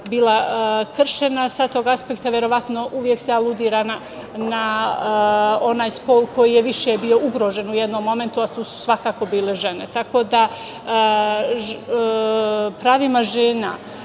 bila kršena. Sa tog aspekta verovatno uvek se aludira na onaj pol koji je više bio ugrožen u jednom momentu, a to su svakako bile žene. Tako da, pravima žena